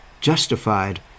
justified